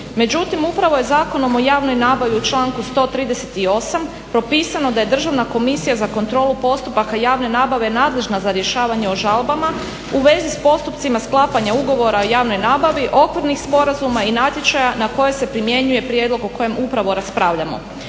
Međutim, upravo je Zakonom o javnoj nabavi u članku 138. propisano da je Državna komisija za kontrolu postupaka javne nabave nadležna za rješavanje o žalbama, u vezi s postupcima sklapanja ugovora o javnoj nabavi, okvirnih sporazuma i natječaja na koje se primjenjuje prijedlog o kojem upravo raspravljamo.